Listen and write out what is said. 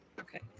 okay